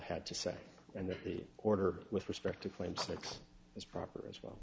had to say and the order with respect to claim six is proper as well